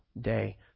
day